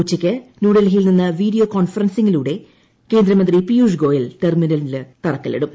ഉച്ചയ്ക്ക് ന്യൂഡൽഹിയിൽ നിന്ന് പ്ലീഡിയോ കോൺഫറൻസിംഗിലൂടെ കേന്ദ്രീമുന്തി പീയൂഷ് ഗോയൽ ടെർമിനലിന് തറക്കല്ലിടും